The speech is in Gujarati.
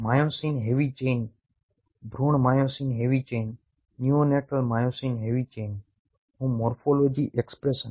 માયોસિન હેવી ચેઇનની ભૃણ myosin heavy chain neonatal myosin heavy chain નું મોર્ફોલોજી એક્સપ્રેશન